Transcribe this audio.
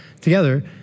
together